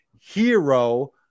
hero